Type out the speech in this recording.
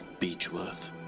Beechworth